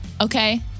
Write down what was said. Okay